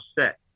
set